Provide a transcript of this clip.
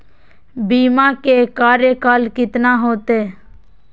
बीमा के कार्यकाल कितना होते?